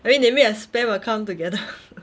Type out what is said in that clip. I mean they made a spam account together